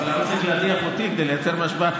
אבל לא צריך להדיח אותי כדי לייצר משבר.